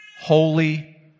holy